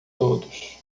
todos